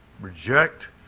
reject